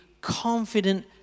confident